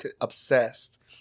obsessed